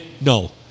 no